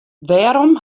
wêrom